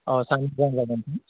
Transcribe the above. अ साइन्सखौ आं लानो हागोन